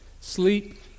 sleep